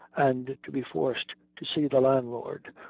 and to be forced to see the landlord,